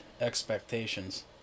Expectations